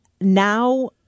now